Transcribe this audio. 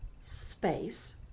space